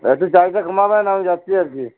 একটু চার্জটা কমাবেন আমি যাচ্ছি আজকে